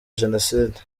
jenoside